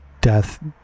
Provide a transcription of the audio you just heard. death